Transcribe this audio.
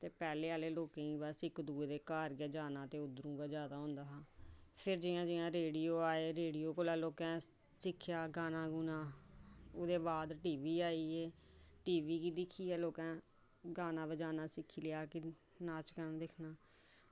ते पैह्लें आह्ले लोकें च अस घर बी जाना ते फिर जि'यां जि'यां रेडियो आए ते लोकें सिक्खेआ गाना ते फ्ही ओह्दे बाद टी वी आई गे ते टी वी दे बाद लोकें गाना बजाना सिक्खी लेआ कि